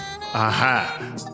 Aha